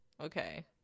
Okay